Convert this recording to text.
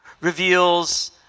reveals